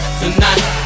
tonight